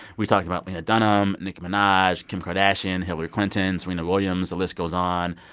we talked about lena dunham, nicki minaj, kim kardashian, hillary clinton, serena williams. the list goes on.